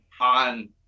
on